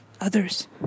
others